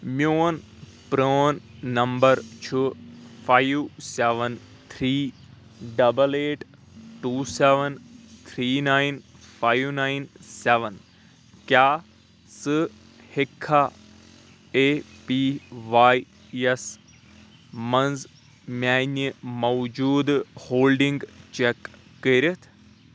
میٚون پرون نمبر چھُ five seven three double eight two seven three nine five nine seven کیٛاہ ژٕ ہیٚککھا اے پی واے یَس مَنٛز میٚٲنۍ موٗجوٗدٕ ہولڈنگ چیٚک کٔرِتھ؟